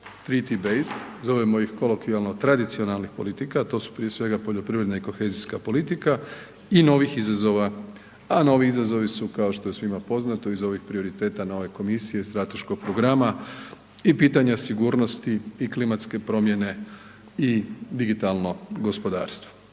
triti bejst, zovemo ih kolokvijalno tradicionalnih politika, a to su prije svega poljoprivredna i kohezijska politika i novih izazova, a novi izazovi su kao što je svima poznato iz ovih prioriteta nove komisije strateškog programa i pitanja sigurnosti i klimatske promjene i digitalno gospodarstvo.